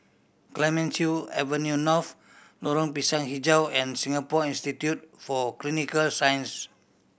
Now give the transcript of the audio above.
Clemenceau Avenue North Lorong Pisang Hijau and Singapore Institute for Clinical Science